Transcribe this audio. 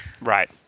Right